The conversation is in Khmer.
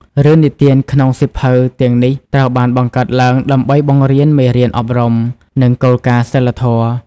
រឿងនិទានក្នុងសៀវភៅទាំងនេះត្រូវបានបង្កើតឡើងដើម្បីបង្រៀនមេរៀនអប់រំ និងគោលការណ៍សីលធម៌។